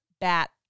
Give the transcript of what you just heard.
bat